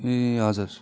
ए हजुर